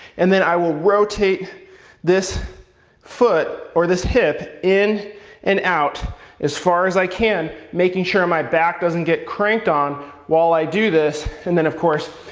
and then i will rotate this foot, or this hip, in and out as far as i can, making sure my back doesn't get cranked on while i do this. and then of course,